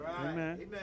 Amen